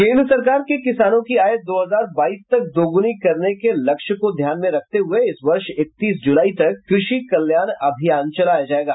केन्द्र सरकार के किसानों की आय दो हजार बाईस तक दुगुनी करने के लक्ष्य को ध्यान में रखते हुए इस वर्ष इकतीस जुलाई तक कृषि कल्याण अभियान चलाया जाएगा